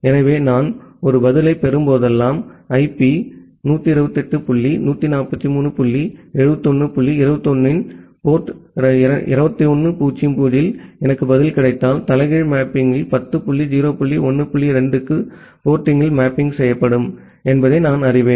எனவே நான் ஒரு பதிலைப் பெறும் போதெல்லாம் ஐபி 128 டாட் 143 டாட் 71 டாட் 21 இன் போர்ட் 2100 இல் எனக்கு பதில் கிடைத்தால் தலைகீழ் மேப்பிங்கில் 10 டாட் 0 டாட் 1 டாட் 2 க்கு துறைமுகத்தில் மேப்பிங் செய்யப்படும் என்பதை நான் அறிவேன்